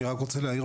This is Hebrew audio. אני רק רוצה להעיר,